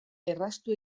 erraztu